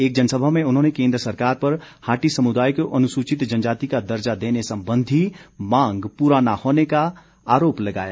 एक जनसभा में उन्होंने केन्द्र सरकार पर हाटी समुदाय को अनुसूचित जनजाति का दर्जा देने संबंधी मांग पूरा न करने का आरोप लगाया